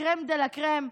הקרם דה לה קרם,